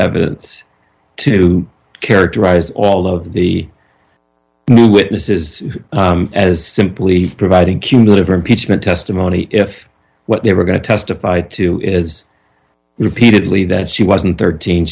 evidence to characterize all of the witnesses as simply providing cumulative impeachment testimony if what they were going to testify to is repeatedly that she wasn't thirteen